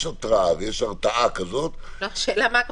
התראה ויש הרתעה כזאת --- רק השאלה,